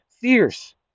fierce